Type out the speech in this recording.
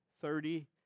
thirty